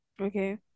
okay